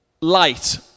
Light